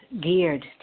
geared